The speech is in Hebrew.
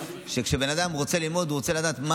כשבן אדם רוצה ללמוד הוא רוצה לדעת,